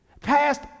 passed